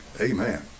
Amen